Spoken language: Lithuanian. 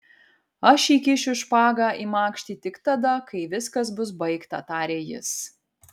aš įkišiu špagą į makštį tik tada kai viskas bus baigta tarė jis